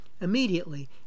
Immediately